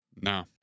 No